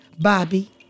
Bobby